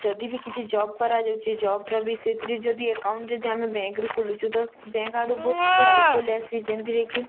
ଯଦି ବି କିଛି ଜବ୍ କରାଯାଉଛି ଜବ୍ର ବି ସେଥିରେ ଯଦି ଏକାଉଣ୍ଟ୍ ଯଦି ଆମେ ବ୍ୟାଙ୍କ୍ରୁ ଖୋଲୁଛୁ ତ ବ୍ୟାଙ୍କ୍ ଆଡ଼ୁ ବହୁତ୍ କିଛି ହେଲ୍ପଫୁଲ୍ ଆସି ଯେଉଁଥିରେ କି